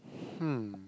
hmm